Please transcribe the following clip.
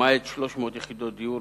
למעט 300 יחידות דיור,